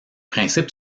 principe